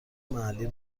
محلی